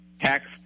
tax